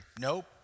Nope